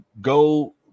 go